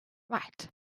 right